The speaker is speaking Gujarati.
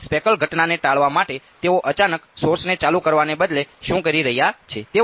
હવે તે સ્પેકલ ઘટનાને ટાળવા માટે તેઓ અચાનક સોર્સને ચાલુ કરવાને બદલે શું કરી રહ્યા છે